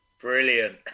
Brilliant